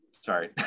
Sorry